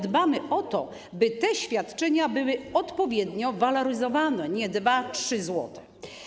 Dbamy o to, by te świadczenia były odpowiednio waloryzowane, nie o 2-3 zł.